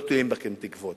לא תולים תקוות